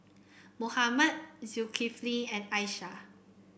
Muhammad Zulkifli and Aisyah